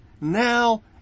now